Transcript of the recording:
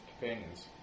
companions